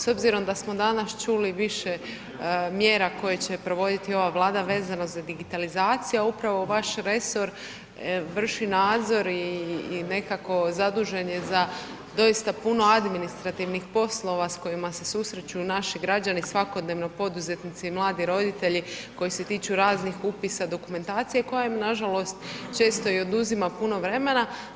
S obzirom da smo danas čuli više mjera koje će provoditi ova Vlada vezano za digitalizaciju, a upravo u vaš resor vrši nadzor i nekako zadužen je za doista puno administrativnih poslova s kojima se susreću naši građani svakodnevno, poduzetnici i mladi roditelji koji se tiču raznih upisa dokumentacije koja im nažalost često i oduzima puno vremena.